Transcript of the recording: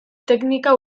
teknika